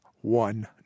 one